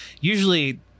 usually